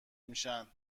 میشن